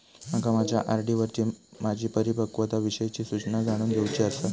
माका माझ्या आर.डी वरची माझी परिपक्वता विषयची सूचना जाणून घेवुची आसा